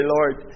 Lord